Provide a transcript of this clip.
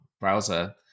browser